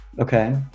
okay